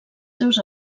seus